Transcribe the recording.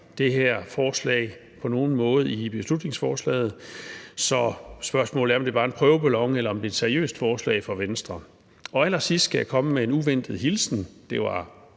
det her forslag på nogen måde i beslutningsforslaget. Så spørgsmålet er, om det bare er en prøveballon, eller om det er et seriøst forslag fra Venstre. Allersidst skal jeg komme med en uventet hilsen – det var